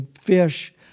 fish